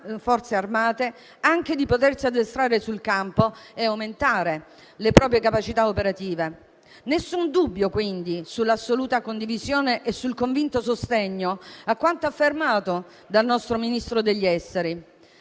anche di addestrarsi sul campo e aumentare le proprie capacità operative. Nessun dubbio quindi sull'assoluta condivisione e sul convinto sostegno a quanto affermato dal nostro Ministro degli affari